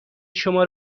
شما